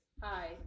Hi